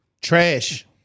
trash